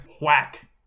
Whack